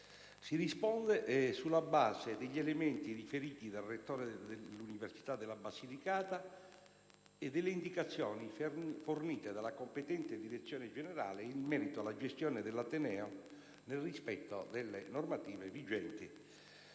si risponde sulla base degli elementi riferiti dal rettore dell'Università della Basilicata e delle indicazioni fornite dalla competente direzione generale in merito alla gestione dell'ateneo nel rispetto delle normative vigenti.